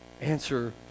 answer